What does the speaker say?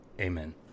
Amen